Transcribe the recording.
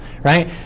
right